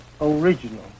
original